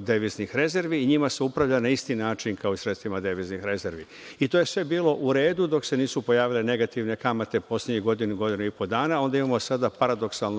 deviznih rezervi i njima se upravlja na isti način kao i sredstvima deviznih rezervi. To je sve bilo u redu dok se nisu pojavile negativne kamate poslednjih godinu, godinu i po dana a onda sada imamo paradoksalnu situaciju